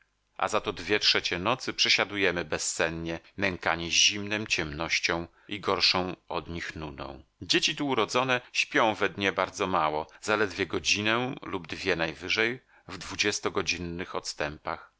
a za to dwie trzecie nocy przesiadujemy bezsennie nękani zimnem ciemnością i gorszą od nich nudą dzieci tu urodzone śpią we dnie bardzo mało zaledwie godzinę lub dwie najwyżej w dwudziestogodzinnych odstępach